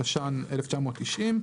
תש"ן-1990."